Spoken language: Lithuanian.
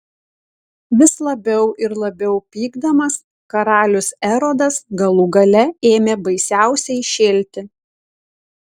vis labiau ir labiau pykdamas karalius erodas galų gale ėmė baisiausiai šėlti